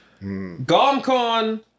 GOMCON